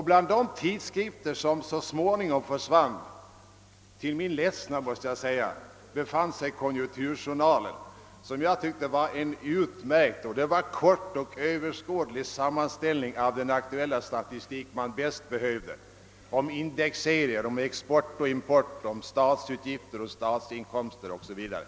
Bland de tidskrifter som så småningom — till min ledsnad, måste jag säga — försvann befann sig Konjunkturjournalen, som jag tyckte var utmärkt och som innehöll en kort och översiktlig sammanställning av den aktuella statistik som man bäst behövde över indexserier, över export och import, över statsinkomster och statsutgifter o.s.v.